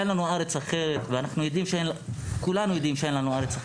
אין לנו ארץ אחרת וכולנו יודעים את זה.